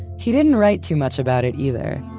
he didn't write too much about it, either.